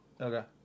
Okay